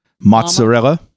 mozzarella